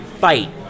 Fight